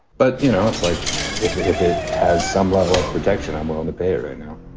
but, you know, it's like if if it has some level of protection, i'm willing to pay right now